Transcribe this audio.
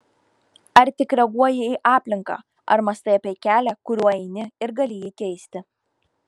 ar tik reaguoji į aplinką ar mąstai apie kelią kuriuo eini ir gali jį keisti